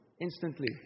Instantly